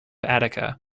attica